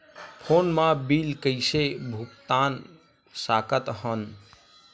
Phone मा bill कइसे भुक्तान साकत हन?